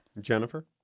Jennifer